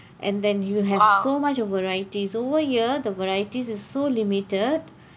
and then you have so much of varieties over here the varieties is so limited